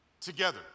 together